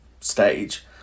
stage